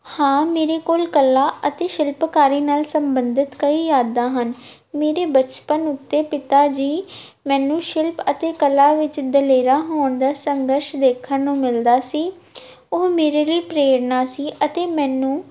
ਹਾਂ ਮੇਰੇ ਕੋਲ ਕਲਾ ਅਤੇ ਸ਼ਿਲਪਕਾਰੀ ਨਾਲ ਸੰਬੰਧਿਤ ਕਈ ਯਾਦਾਂ ਹਨ ਮੇਰੇ ਬਚਪਨ ਉੱਤੇ ਪਿਤਾ ਜੀ ਮੈਨੂੰ ਸ਼ਿਲਪ ਅਤੇ ਕਲਾ ਵਿੱਚ ਦਲੇਰਾ ਹੋਣ ਦਾ ਸੰਘਰਸ਼ ਵੇਖਣ ਨੂੰ ਮਿਲਦਾ ਸੀ ਉਹ ਮੇਰੇ ਲਈ ਪ੍ਰੇਰਨਾ ਸੀ ਅਤੇ ਮੈਨੂੰ